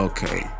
Okay